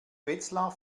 wetzlar